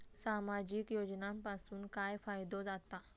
सामाजिक योजनांपासून काय फायदो जाता?